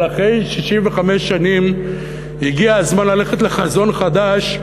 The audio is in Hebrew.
אבל אחרי 65 שנים הגיע הזמן ללכת לחזון חדש,